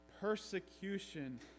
Persecution